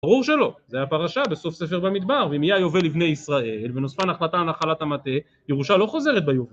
ברור שלא, זה היה פרשה בסוף ספר במדבר, ואם היא היובל לבני ישראל, ונוספה נחלתה על נחלת המטה, ירושה לא חוזרת ביובל.